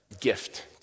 gift